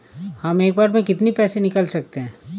हम एक बार में कितनी पैसे निकाल सकते हैं?